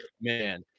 Man